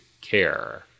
care